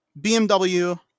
BMW